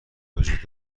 وجود